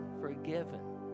forgiven